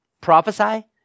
Prophesy